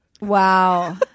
Wow